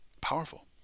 Powerful